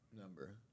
number